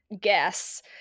guess